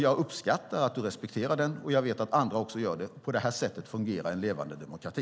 Jag uppskattar att Lena respekterar utgångspunkten. Jag vet att andra också gör det. På det sättet fungerar en levande demokrati.